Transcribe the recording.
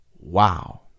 wow